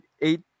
eight